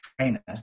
trainer